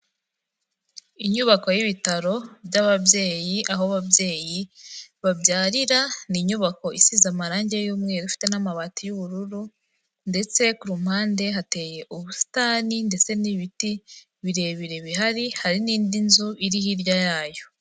Inyubako y'ibitaro by'ababyeyi, aho ababyeyi babyarira, ni inyubako isize amarange y'umweru ifite n'amabati y'ubururu ndetse ku mpande hateye ubusitani ndetse n'ibiti birebire bihari, hari n'indi nzu iri hirya yayo.